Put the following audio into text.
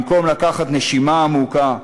במקום לקחת נשימה עמוקה,